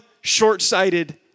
short-sighted